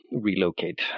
relocate